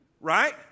Right